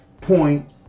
point